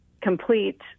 complete